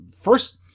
First